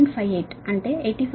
58 అంటే 85